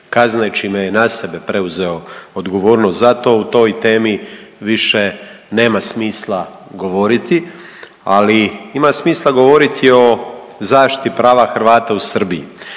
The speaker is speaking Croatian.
kazne čime je na sebe preuzeo odgovornost za to o toj temi više nema smisla govoriti, ali ima smisla govoriti o zaštiti prava Hrvata u Srbiji.